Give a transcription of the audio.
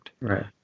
Right